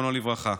זיכרונו לברכה.